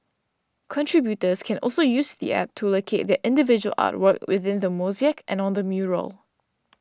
contributors can also use the app to locate their individual artwork within the mosaic and on the mural